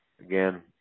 Again